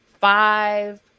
five